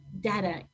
data